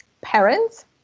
parents